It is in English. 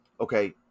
okay